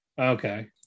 Okay